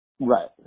Right